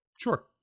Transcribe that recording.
Sure